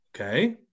Okay